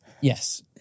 yes